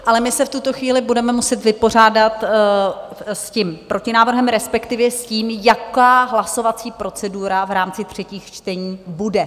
Ale my se v tuto chvíli budeme muset vypořádat s tím protinávrhem, respektive s tím, jaká hlasovací procedura v rámci třetích čtení bude.